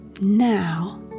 Now